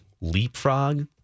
Leapfrog